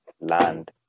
land